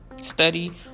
study